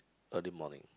early morning